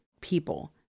people